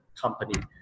company